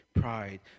pride